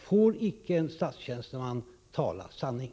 Får icke en statstjänsteman tala sanning?